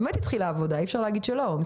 ובאמת התחילה עבודה בעניין,